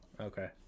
okay